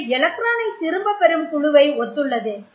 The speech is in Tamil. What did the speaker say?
இது எலக்ட்ரானை திரும்பப்பெறும் குழுவை ஒத்துள்ளது